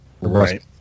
Right